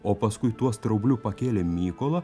o paskui tuo straubliu pakėlė mykolą